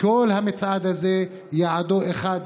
וכל המצעד הזה יעדו אחד,